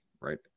right